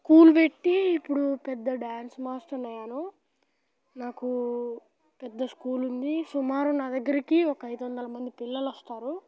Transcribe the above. school పెట్టి ఇప్పుడు పెద్ద డ్యాన్స్ మాస్టర్ను అయ్యాను నాకు పెద్ద స్కూల్ ఉంది సుమారు నా దగ్గరికి ఒక ఐదు వందల మంది పిల్లలు వస్తారు